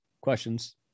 questions